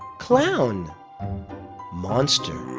clown monster